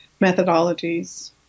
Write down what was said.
methodologies